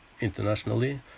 internationally